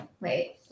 Wait